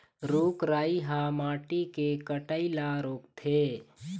रूख राई ह माटी के कटई ल रोकथे